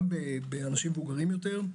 גם באנשים מבוגרים יותר.